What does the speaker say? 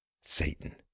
satan